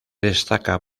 destaca